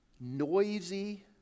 noisy